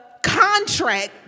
contract